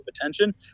attention